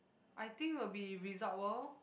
I think will be Resort-World